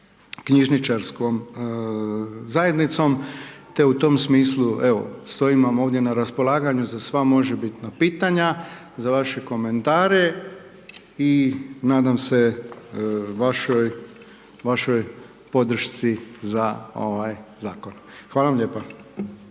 knjižničarskom zajednicom te u tom smislu, stojim vam ovdje na raspolaganju za sva možebitna pitanja, za vaše komentare i nadam se vašoj podršci za ovaj zakon. Hvala vam lijepo.